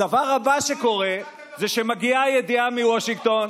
הדבר הבא שקורה זה שמגיעה ידיעה מוושינגטון,